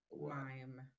Mime